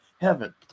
heaven